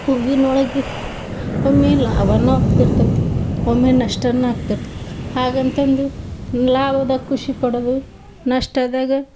ಹೂವಿನ ಒಳ್ಗೆ ಒಮ್ಮೆ ಲಾಭನು ಆಗ್ತಿರ್ತೈತಿ ಒಮ್ಮೆ ನಷ್ಟನ ಆಗ್ತಿರ್ತೈತಿ ಹಾಗಂತಂದು ಲಾಭದಾಗ ಖುಷಿ ಪಡೋದು ನಷ್ಟದಾಗ